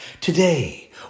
Today